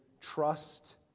trust